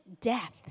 death